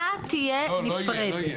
ההצבעה תהיה נפרדת.